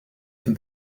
can